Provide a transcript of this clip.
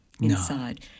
inside